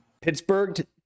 Pittsburgh